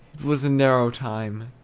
was a narrow time,